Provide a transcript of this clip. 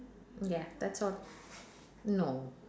ya that's all no